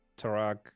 Tarak